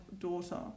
daughter